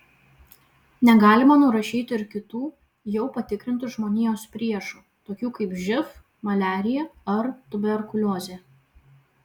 negalima nurašyti ir kitų jau patikrintų žmonijos priešų tokių kaip živ maliarija ar tuberkuliozė